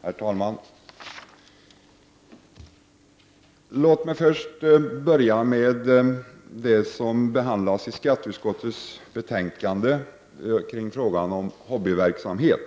Herr talman! Låt mig börja med det som sägs i skatteutskottets betänkande kring frågan om hobbyverksamhet.